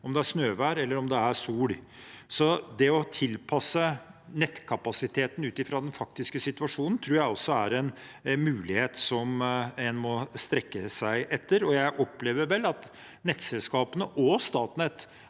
om det er snøvær, eller om det er sol. Det å tilpasse nettkapasiteten ut fra den faktiske situasjonen tror jeg også er en mulighet en må strekke seg etter. Jeg opplever vel at nettselskapene og Statnett